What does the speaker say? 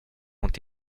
ont